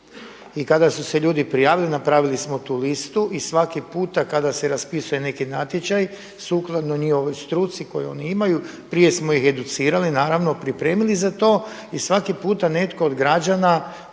I kada su se ljudi prijavili napravili smo tu listu i svaki puta kada se raspisuje neki natječaj sukladno njihovoj struci koju oni imaju, prije smo ih educirali, naravno pripremili za to i svaki puta netko o građana,